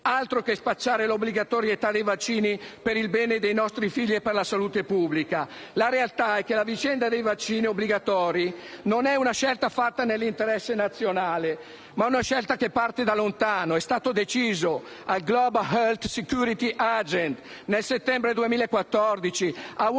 Altro che spacciare l'obbligatorietà dei vaccini per il bene dei nostri figli e per la salute pubblica. La realtà è che la vicenda dei vaccini obbligatori è una scelta non fatta nell'interesse nazionale, ma parte da lontano. È stato deciso al Global Health Security Agenda, nel settembre 2014, a Washington,